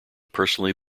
personally